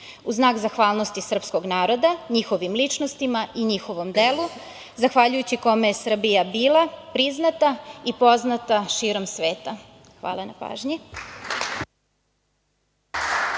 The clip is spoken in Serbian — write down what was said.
znak zahvalnosti srpskog naroda i njihovih ličnosti, njihovom delu, zahvaljujući kome je Srbija bila priznata i poznata širom sveta. Hvala na pažnji.